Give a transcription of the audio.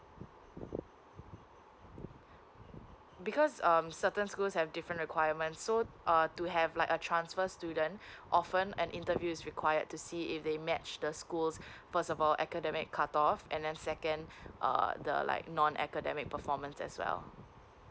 because um certain schools have different requirements so uh to have like a transfer student often an interview is required to see if they match the schools first of all academic cutoff and then second uh the like non academic performance as well